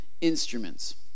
instruments